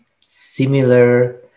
similar